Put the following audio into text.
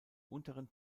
unteren